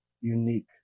unique